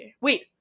Wait